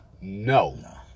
no